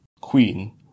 Queen